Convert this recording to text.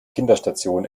kinderstation